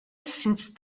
since